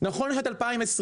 נכון לשנת 2020,